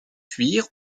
cuire